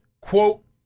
quote